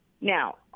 Now